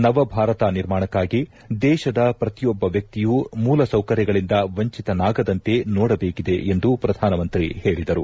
ನವ ಭಾರತ ನಿರ್ಮಾಣಕ್ಕಾಗಿ ದೇಶದ ಪ್ರತಿಯೊಬ್ಲ ವ್ಯಕ್ತಿಯೂ ಮೂಲ ಸೌಕರ್ಲಗಳಿಂದ ವಂಚಿತನಾಗದಂತೆ ನೋಡಬೇಕಿದೆ ಎಂದು ಪ್ರಧಾನಮಂತ್ರಿ ಹೇಳಿದರು